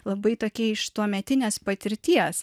labai tokie iš tuometinės patirties